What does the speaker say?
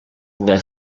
that